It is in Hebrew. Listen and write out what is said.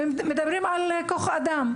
מדברים על כוח אדם,